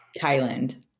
Thailand